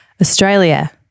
Australia